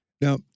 Now